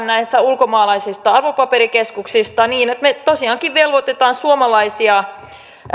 näistä ulkomaalaisista arvopaperikeskuksista niin että me tosiaankin velvoitamme suomalaisia